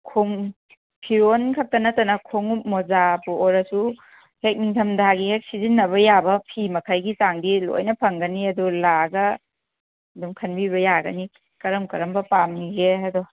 ꯐꯤꯔꯣꯟ ꯈꯛꯇ ꯅꯠꯇꯅ ꯍꯣꯡꯎꯞ ꯃꯣꯖꯥꯕꯨ ꯑꯣꯏꯔꯁꯨ ꯍꯦꯛ ꯅꯤꯡꯊꯝ ꯊꯥꯒꯤ ꯍꯦꯛ ꯁꯤꯖꯤꯟꯅꯕ ꯌꯥꯕ ꯐꯤ ꯃꯈꯩꯒꯤ ꯆꯥꯡꯗꯤ ꯂꯣꯏꯅ ꯐꯪꯒꯅꯤ ꯑꯗꯨ ꯂꯥꯛꯑꯒ ꯑꯗꯨꯝ ꯈꯟꯕꯤꯕ ꯌꯥꯒꯅꯤ ꯀꯔꯝ ꯀꯔꯝꯕ ꯄꯥꯝꯃꯤꯒꯦ ꯍꯥꯏꯗꯣ